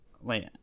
Wait